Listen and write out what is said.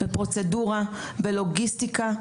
גם בפרוצדורה וגם בלוגיסטיקה,